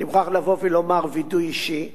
אני מוכרח לבוא ולומר וידוי אישי,